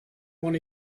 when